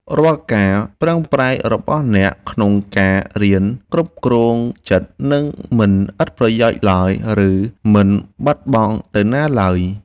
រាល់ការប្រឹងប្រែងរបស់អ្នកក្នុងការរៀនគ្រប់គ្រងចិត្តនឹងមិនឥតប្រយោជន៍ឡើយ ឬ មិនបាត់បង់ទៅណាឡើយ។